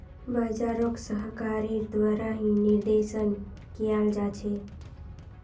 बाजारोक सरकारेर द्वारा ही निर्देशन कियाल जा छे